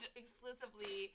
exclusively